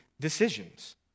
decisions